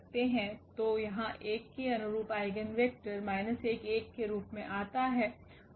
तो यहाँ 1 के अनुरूप आइगेन वेक्टर के रूप में आता हैं